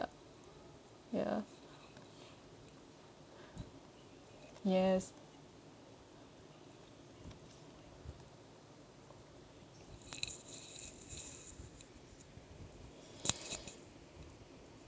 ya yes